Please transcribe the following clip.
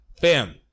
fam